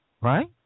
Right